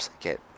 get